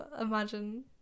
Imagine